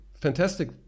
fantastic